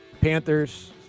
Panthers